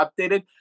updated